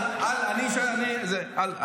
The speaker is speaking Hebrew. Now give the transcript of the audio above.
אני, אל.